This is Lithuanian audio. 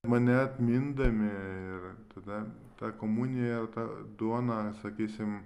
mane atmindami ir tada tą komuniją tą duoną sakysim